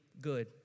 good